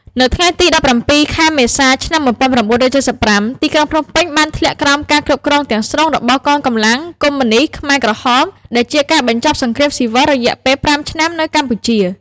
នៅថ្ងៃទី ១៧ ខែមេសា ឆ្នាំ ១៩៧៥ ទីក្រុងភ្នំពេញបានធ្លាក់ក្រោមការគ្រប់គ្រងទាំងស្រុងរបស់កងកម្លាំងកុម្មុយនីស្តខ្មែរក្រហម ដែលជាការបញ្ចប់សង្គ្រាមស៊ីវិលរយៈពេល ៥ ឆ្នាំនៅកម្ពុជា។